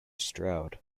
stroud